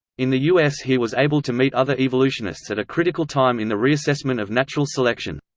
in the us he was able to meet other evolutionists at a critical time in the reassessment of natural selection.